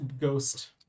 ghost